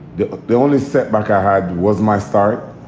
the ability setback i had was my start.